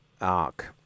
arc